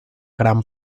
gran